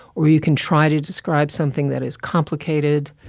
or you can try to describe something that is complicated,